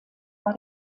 war